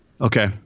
Okay